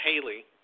Haley